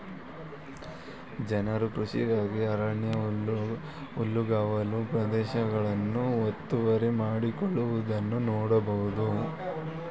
ಜನರು ಕೃಷಿಗಾಗಿ ಅರಣ್ಯ ಹುಲ್ಲುಗಾವಲು ಪ್ರದೇಶಗಳನ್ನು ಒತ್ತುವರಿ ಮಾಡಿಕೊಳ್ಳುವುದನ್ನು ನೋಡ್ಬೋದು